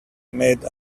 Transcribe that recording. made